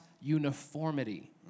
uniformity